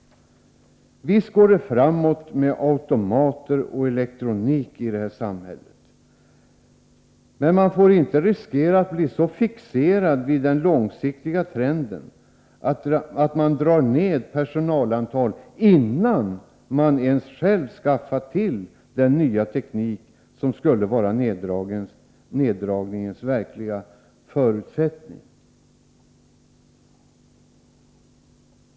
Visst går det framåt med automatik och elektronik i samhället, men man får inte riskera att bli så fixerad vid den långsiktiga trenden att man drar ner personalantalet, innan man själv skaffat sig den nya teknik som sägs vara neddragningens verkliga förutsättning.